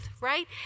Right